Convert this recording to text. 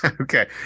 Okay